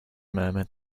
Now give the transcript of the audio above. murmured